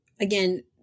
again